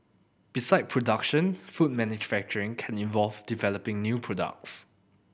beside production food manufacturing can involve developing new products